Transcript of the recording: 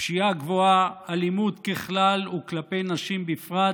פשיעה גבוהה, אלימות ככלל וכלפי נשים בפרט,